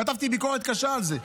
חטפתי ביקורת קשה על זה.